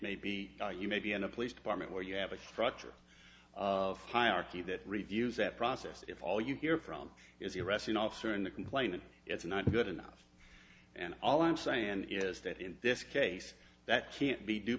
may be you may be in a police department where you have a structure of hierarchy that reviews that process if all you hear from is the arresting officer and the complainant it's not good enough and all i'm saying is that in this case that can't be due